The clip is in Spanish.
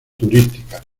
turísticas